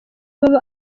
baba